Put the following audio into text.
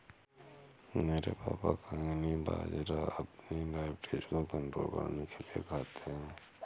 मेरे पापा कंगनी बाजरा अपनी डायबिटीज को कंट्रोल करने के लिए खाते हैं